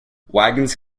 wagons